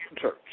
church